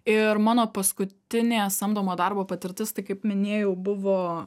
ir mano paskutinė samdomo darbo patirtis tai kaip minėjau buvo